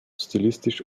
stilistisch